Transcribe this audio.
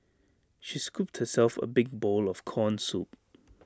she scooped herself A big bowl of Corn Soup